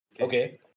Okay